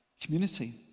community